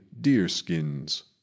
deer-skins